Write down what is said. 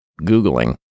Googling